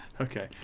Okay